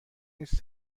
نیست